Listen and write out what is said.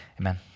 Amen